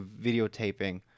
videotaping